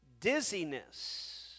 dizziness